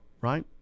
right